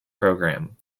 program